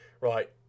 Right